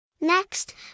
Next